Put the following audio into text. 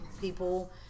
people